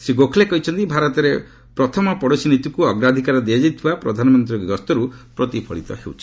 ଶ୍ରୀ ଗୋଖ୍ଲେ କହିଛନ୍ତି 'ଭାରତର ପ୍ରଥମେ ପଡ଼ୋଶୀ ନୀତି'କୁ ଅଗ୍ରାଧିକାର ଦିଆଯାଇଥିବା ପ୍ରଧାନମନ୍ତ୍ରୀଙ୍କ ଏହି ଗସ୍ତରୁ ପ୍ରତିଫଳିତ ହେଉଛି